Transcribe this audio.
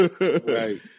Right